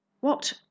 What